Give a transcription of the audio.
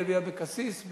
7439 ו-7441.